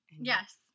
Yes